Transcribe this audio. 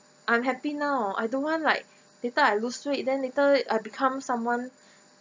I'm happy now I don't want like later I lose weight then later I become someone